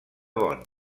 bonn